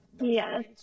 Yes